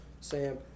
Sam